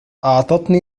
أعطتني